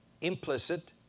implicit